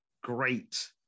great